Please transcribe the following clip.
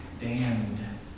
damned